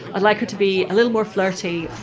i'd like her to be a little more flirty.